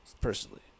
personally